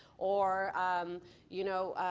or you know,